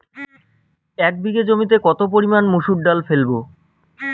এক বিঘে জমিতে কত পরিমান মুসুর ডাল ফেলবো?